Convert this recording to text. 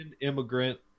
immigrant